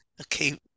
okay